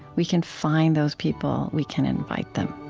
we can find those people. we can invite them